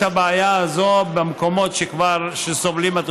הבעיה הזאת במקומות שהתושבים סובלים.